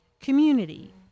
community